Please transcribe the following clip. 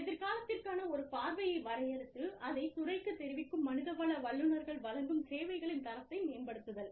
எதிர்காலத்திற்கான ஒரு பார்வையை வரையறுத்து அதை துறைக்குத் தெரிவிக்கும் மனிதவள வல்லுநர்கள் வழங்கும் சேவைகளின் தரத்தை மேம்படுத்துதல்